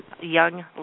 young